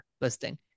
listing